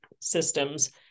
systems